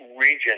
region